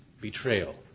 betrayal